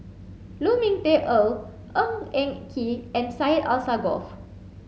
Lu Ming Teh Earl Ng Eng Kee and Syed Alsagoff